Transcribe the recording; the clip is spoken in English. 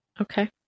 Okay